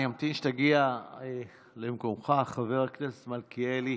אני אמתין שתגיע למקומך, חבר הכנסת מלכיאלי.